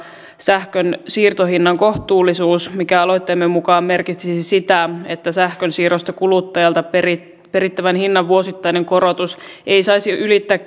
sähkön siirtohinnan kohtuullisuus mikä aloitteemme mukaan merkitsisi sitä että sähkön siirrosta kuluttajalta perittävän perittävän hinnan vuosittainen korotus ei saisi ylittää